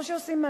כמו שעושים,